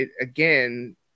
again